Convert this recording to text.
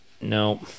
No